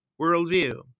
worldview